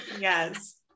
Yes